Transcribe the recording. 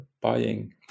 buying